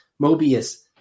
mobius